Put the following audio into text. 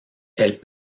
elles